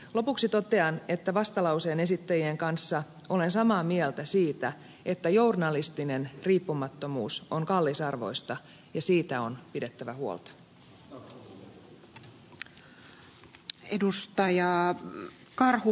lopuksi totean että vastalauseen esittäjien kanssa olen samaa mieltä siitä että journalistinen riippumattomuus on kallisarvoista ja siitä on pidettävä huolta